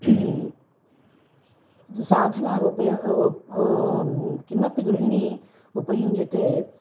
साधनान् उपयो किमपि गृहिणी उपयुञ्जते